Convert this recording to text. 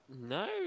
No